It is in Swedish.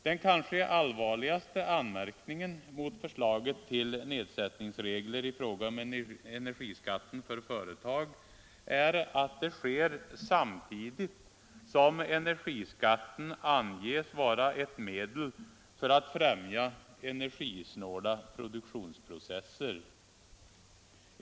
Den kanske allvarligaste anmärkningen mot förslaget till nedsättningsregler i fråga om energiskatten för företag är att detta sker samtidigt som energiskatten anges vara ett medel för att främja energisnåla produktionsprocesser.